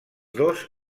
dos